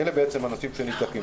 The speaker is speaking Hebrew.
אלה אנשים שנבדקים.